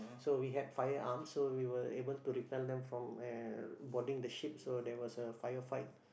so we had firearms so we were able to repel them from uh boarding the ship so there was a fire fight